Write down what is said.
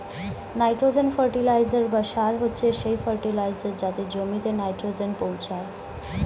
nitrogen fertiliser বা সার হচ্ছে সেই ফার্টিলাইজার যাতে জমিতে নাইট্রোজেন পৌঁছায়